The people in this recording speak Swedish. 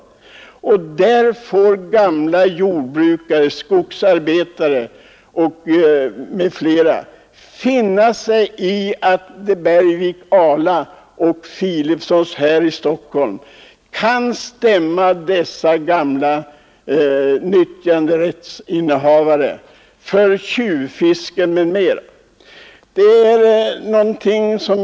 Gamla jordbrukare, skogsarbetare och andra som är bosatta där får finna sig i att Bergvik och Ala och Philipsons i Stockholm kan stämma dessa gamla nyttjanderättsinnehavare för tjuvfiske på vatten de har rätt till.